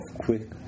quick